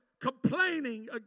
complaining